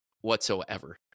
whatsoever